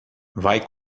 vai